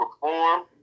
perform